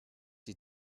die